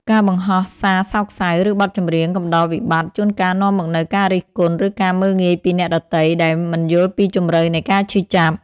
ការបង្ហោះសារសោកសៅ ឬបទចម្រៀងកំដរវិបត្តិ ជួនកាលនាំមកនូវការរិះគន់ ឬការមើលងាយពីអ្នកដទៃ ដែលមិនយល់ពីជម្រៅនៃការឈឺចាប់។